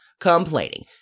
Complaining